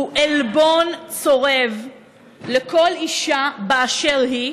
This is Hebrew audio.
הוא עלבון צורב לכל אישה באשר היא,